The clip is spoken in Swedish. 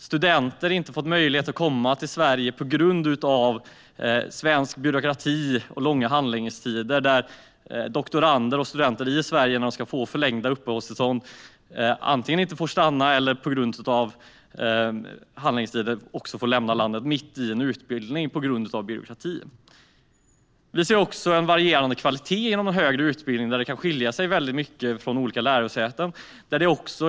Studenter har inte fått möjlighet att komma till Sverige på grund av svensk byråkrati och långa handläggningstider. Doktorander och studenter i Sverige som ansöker om förlängda uppehållstillstånd får inte stanna eller måste lämna landet mitt i en utbildning på grund av handläggningstiderna och byråkratin. Vi ser också en varierande kvalitet inom de högre utbildningarna. Det kan skilja sig väldigt mycket mellan olika lärosäten.